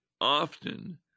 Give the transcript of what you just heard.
often